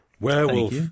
Werewolf